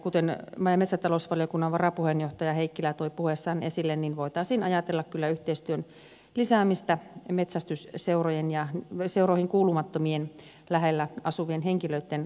kuten maa ja metsätalousvaliokunnan varapuheenjohtaja heikkilä toi puheessaan esille voitaisiin ajatella kyllä yhteistyön lisäämistä metsästysseurojen ja seuroihin kuulumattomien lähellä asuvien henkilöitten kanssa